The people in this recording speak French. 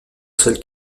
seul